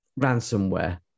ransomware